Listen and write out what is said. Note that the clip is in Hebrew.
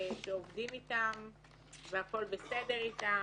שעובדים איתם והכול בסדר איתם.